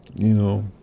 you know,